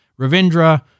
Ravindra